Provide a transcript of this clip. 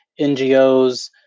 ngos